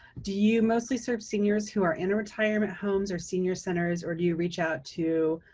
do you mostly serve seniors who are in retirement homes or senior centers, or do you reach out to